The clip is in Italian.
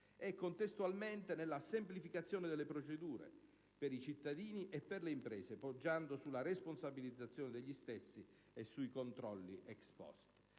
ciò sta avvenendo nella semplificazione delle procedure per i cittadini e per le imprese, poggiando sulla responsabilizzazione degli stessi e sui controlli *ex post*.